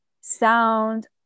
sound